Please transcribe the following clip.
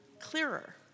clearer